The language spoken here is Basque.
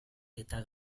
eta